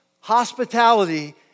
Hospitality